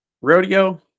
rodeo